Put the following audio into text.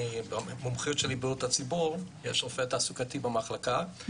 המומחיות שלי היא בריאות הציבור אבל יש רופא תעסוקתי במחלקה,